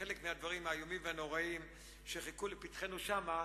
חלק מהדברים האיומים והנוראים שחיכו לפתחנו שם,